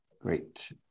great